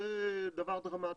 זה דבר דרמטי.